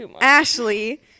Ashley